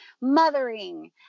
mothering